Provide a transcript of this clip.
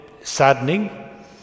saddening